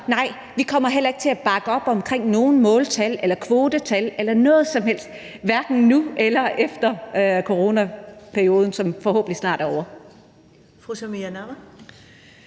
nej, vi kommer heller ikke til at bakke op om nogen måltal eller kvoter eller noget som helst andet, hverken nu eller efter coronaperioden, som forhåbentlig snart er ovre.